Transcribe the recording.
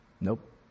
Nope